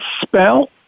spell